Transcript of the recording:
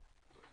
12:05.